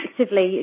actively